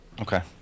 Okay